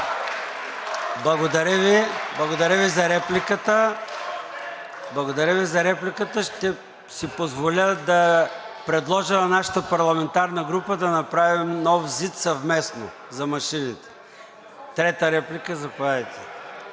Благодаря Ви за репликата. Ще си позволя да предложа на нашата парламентарна група да направим нов ЗИД съвместно за машините. Трета реплика – заповядайте,